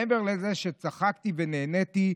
מעבר לזה שצחקתי ונהניתי,